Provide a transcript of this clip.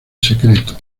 secreto